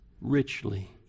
Richly